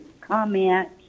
comment